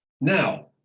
Now